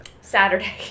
Saturday